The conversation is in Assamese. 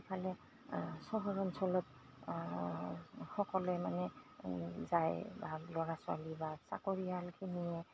ইফালে চহৰ অঞ্চলত সকলোৱে মানে যায় বা ল'ৰা ছোৱালী বা চাকৰিয়ালখিনিয়ে